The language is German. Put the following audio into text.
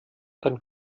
dann